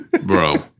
Bro